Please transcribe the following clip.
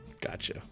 Gotcha